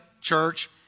church